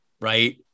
right